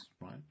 right